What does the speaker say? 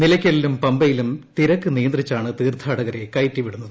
നിലയ്ക്കലിലും പമ്പയിലും തിരക്ക് നിയന്ത്രിച്ചാണ് തീർത്ഥാടകരെ കയറ്റി വിടുന്നത്